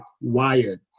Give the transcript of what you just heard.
wired